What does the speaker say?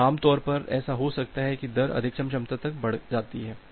तो आम तौर पर ऐसा होता है कि दर अधिकतम क्षमता तक बढ़ जाती है